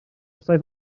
saith